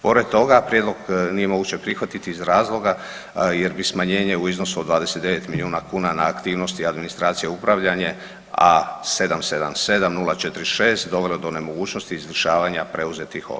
Pored toga prijedlog nije moguće prihvatiti iz razloga jer bi smanjenje u iznosu od 29 miliona kuna na aktivnosti administracija, upravljanje A777046 dovelo do nemogućnosti izvršavanja preuzetih obveza.